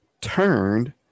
turned